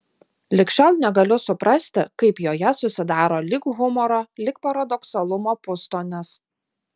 lig šiol negaliu suprasti kaip joje susidaro lyg humoro lyg paradoksalumo pustonis